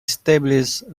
established